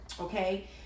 Okay